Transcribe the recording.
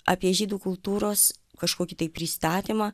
apie žydų kultūros kažkokį tai pristatymą